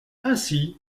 ainsi